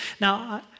Now